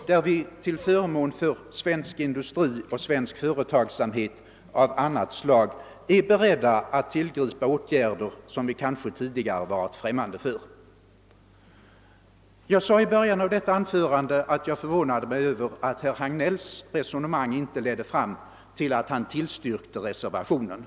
och därför, till gagn för svensk industri och svensk företagsamhet över huvud taget, vara beredda att tillgripa åtgärder som vi tidigare kanske varit främmande för. Jag sade i början av detta anförande att jag förvånade mig över att herr Hagnells resonemang inte ledde fram till att han ville tillstyrka reservationen.